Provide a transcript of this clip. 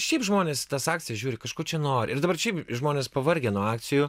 šiaip žmonės į tas akcijas žiūri kažko čia nori ir dabar šiaip žmonės pavargę nuo akcijų